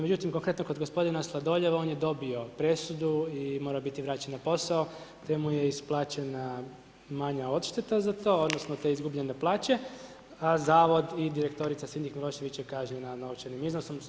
Međutim, konkretno kod gospodina Sladojeva, on je dobio presudu i mora biti vraćen na posao te mu je isplaćena manja odšteta za to odnosno te izgubljene plaće, a Zavod i direktorica ... je kažnjena novčanim iznosom.